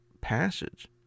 passage